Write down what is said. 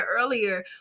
earlier